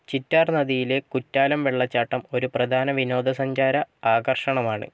ചിറ്റാർ നദിയിലെ കുറ്റാലം വെള്ളച്ചാട്ടം ഒരു പ്രധാന വിനോദസഞ്ചാര ആകർഷണമാണ്